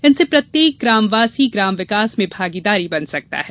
इनसे प्रत्येक ग्रामवासी ग्राम विकास में भागीदार बन सकता है